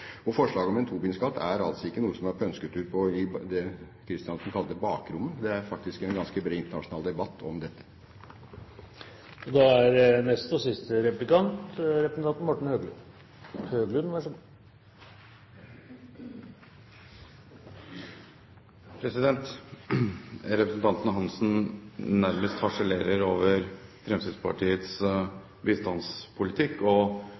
Og forslaget om en Tobin-skatt er altså ikke noe som er pønsket ut på det Kristiansen kaller «bakrommet». Det er faktisk en ganske bred internasjonal debatt om dette. Representanten Svein Roald Hansen nærmest harselerer over Fremskrittspartiets bistandspolitikk og vårt forslag om å bruke nær 19 mrd. kr i bistand. Han forsvarer jo selvfølgelig regjeringens opplegg, og